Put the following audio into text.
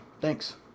Thanks